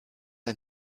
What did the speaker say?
ein